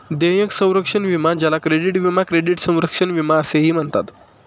देयक संरक्षण विमा ज्याला क्रेडिट विमा क्रेडिट संरक्षण विमा असेही म्हणतात